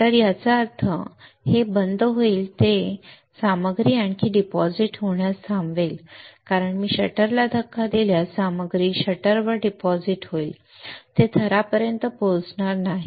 shutter याचा अर्थ ते बंद होईल ते सामग्री आणखी डिपॉझिट होण्यास थांबवेल कारण मी शटर ला धक्का दिल्यास सामग्री शटर वर डिपॉझिट होईल ते थरापर्यंत पोहोचणार नाही